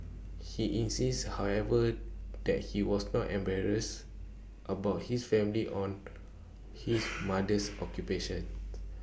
he insists however that he was not embarrassed about his family on his mother's occupation